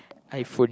iPhone